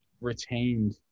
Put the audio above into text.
retained